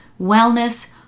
wellness